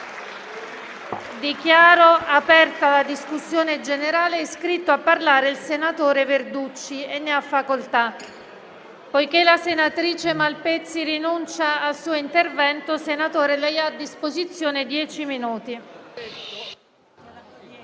Dichiaro aperta la discussione generale. È iscritto a parlare il senatore Verducci. Ne ha facoltà. Senatore, poiché la senatrice Malpezzi ha rinunciato al suo intervento, lei ha a disposizione dieci minuti.